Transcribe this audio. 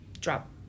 drop